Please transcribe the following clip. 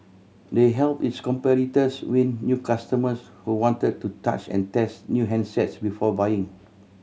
they help its competitors win new customers who wanted to touch and test new handsets before buying